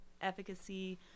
efficacy